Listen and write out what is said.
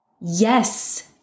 Yes